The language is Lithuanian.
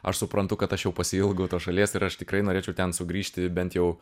aš suprantu kad aš jau pasiilgau tos šalies ir aš tikrai norėčiau ten sugrįžti bent jau